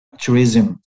tourism